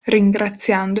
ringraziando